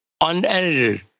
unedited